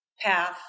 path